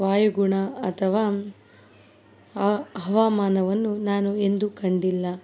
ವಾಯುಗುಣ ಅಥವಾ ಆ ಹವಾಮಾನವನ್ನು ನಾನು ಎಂದೂ ಕಂಡಿಲ್ಲ